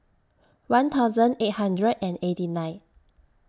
one thousand eight hundred and eighty nine